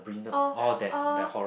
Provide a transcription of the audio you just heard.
oh oh